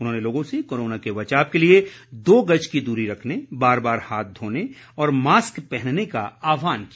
उन्होंने लोगों से कोरोना से बचाव के लिए दो गज की दूरी रखने बार बार हाथ धोने और मास्क पहनने का आह्वान किया